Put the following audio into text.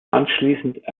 anschließend